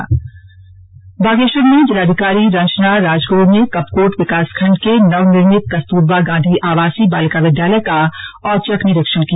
औचक निरीक्षण बागेश्वर में जिलाधिकारी रंजना राजगुरू ने कपकोट विकास खण्ड के नव निर्मित कस्तूरबा गांधी आवासीय बालिका विद्यालय का औचक निरीक्षण किया